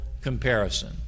comparison